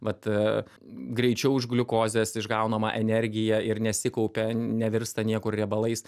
vat greičiau už gliukozės išgaunamą energiją ir nesikaupia nevirsta niekur riebalais